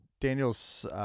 Daniel's